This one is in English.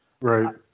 Right